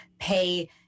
pay